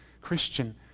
Christian